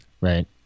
right